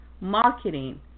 marketing